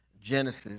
Genesis